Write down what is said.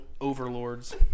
overlords